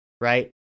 Right